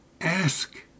Ask